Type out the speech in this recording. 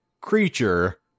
Creature